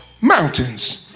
mountains